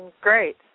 great